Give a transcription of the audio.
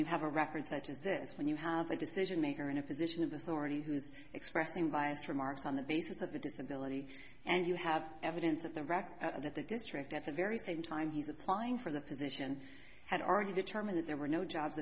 you have a record such as this when you have a decision maker in a position of authority who's expressing biased remarks on the basis of a disability and you have evidence of the record that the district at the very same time he's applying for the position had already determined that there were no jobs